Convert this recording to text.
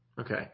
Okay